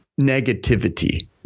negativity